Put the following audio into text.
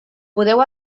podeu